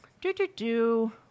do-do-do